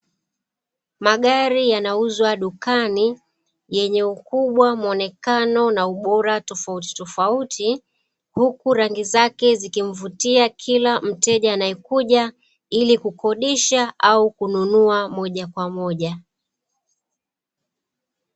Magari yanauzwa dukani yenye ukubwa, mwonekano, ukubwa na ubora tofauti tofauti huku rangi zake zikimvutia kila mteja anayekuja ili kukodisha au kununua moja kwa moja.